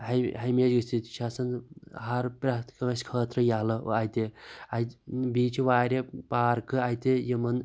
ہَمیشہِ گٔژھ ییٚتہِ چھ آسان زن ہَر پَرٛٮ۪تھ کٲنٛسہِ خٲطرٕ یلہٕ اَتہِ اَتہِ بیٚیہ چھ وارِیاہ پارکہٕ اَتہِ یِمَن